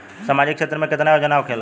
सामाजिक क्षेत्र में केतना योजना होखेला?